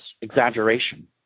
exaggeration